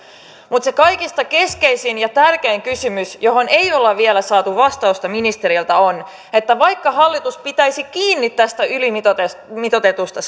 mutta se kaikista keskeisin ja tärkein kysymys johon ei olla vielä saatu vastausta ministeriltä on että vaikka hallitus pitäisi kiinni tästä ylimitoitetusta ylimitoitetusta